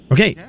Okay